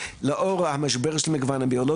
בכל זאת לדעת באמת לאור המשבר של המגוון הביולוגי,